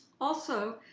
also,